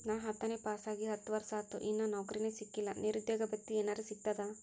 ನಾ ಹತ್ತನೇ ಪಾಸ್ ಆಗಿ ಹತ್ತ ವರ್ಸಾತು, ಇನ್ನಾ ನೌಕ್ರಿನೆ ಸಿಕಿಲ್ಲ, ನಿರುದ್ಯೋಗ ಭತ್ತಿ ಎನೆರೆ ಸಿಗ್ತದಾ?